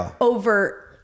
over